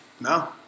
No